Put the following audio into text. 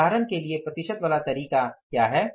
उदाहरण के लिए प्रतिशत वाला तरीका क्या है